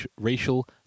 racial